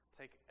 Take